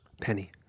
Penny